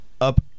up